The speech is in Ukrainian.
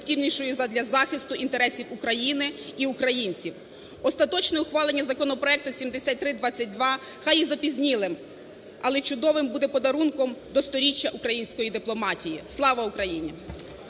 задля захисту інтересів України і українців. Остаточне ухвалення законопроекту 7322 хай є запізнілим, але чудовим буде подарунком до 100-річчя української дипломатії. Слава Україні!